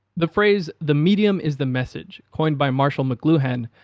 the phrase the medium is the message coined by marshall mcluhan,